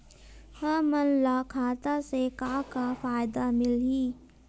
हमन ला खाता से का का फ़ायदा मिलही?